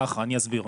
אני אסביר.